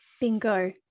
Bingo